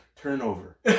turnover